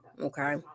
Okay